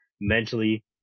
mentally